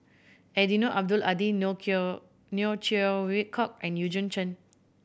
Eddino Abdul Hadi Neo Chwee Kok and Eugene Chen